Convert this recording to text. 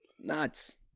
Nuts